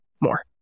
more